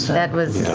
that,